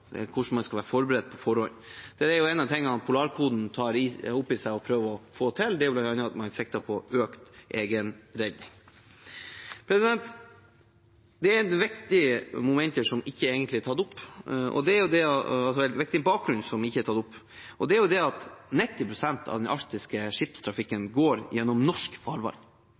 hvordan man skal være forberedt på forhånd. En av tingene Polarkoden tar opp i seg å prøve å få til, er bl.a. at man sikter på økt egenredning. Det er en viktig bakgrunn som ikke er tatt opp, og det er at 90 pst. av den arktiske skipstrafikken går gjennom norsk farvann. 80 pst. av Norges havområder ligger i Arktis, og